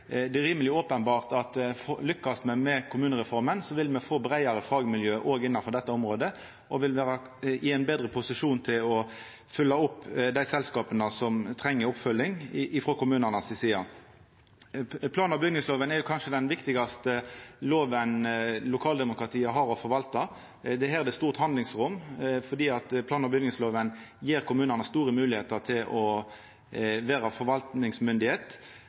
Det er rimeleg openbert at lykkast me med kommunereforma, vil me få breiare fagmiljø òg innanfor dette området, og me vil vera i ein betre posisjon til å følgja opp dei selskapa som treng oppfølging frå kommunane si side. Plan- og bygningslova er kanskje den viktigaste lova lokaldemokratiet har å forvalta. Her er det eit stort handlingsrom, fordi plan- og bygningslova gjev kommunane store moglegheiter til å vera